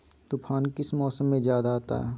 तूफ़ान किस मौसम में ज्यादा आता है?